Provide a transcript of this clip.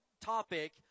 topic